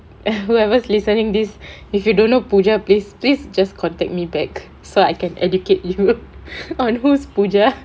whoever listening this if you don't know pooja please please just contact me back so I can educate you on whose pooja